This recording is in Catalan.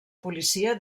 policia